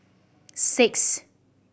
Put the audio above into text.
six